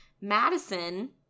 Madison